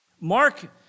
Mark